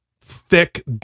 thick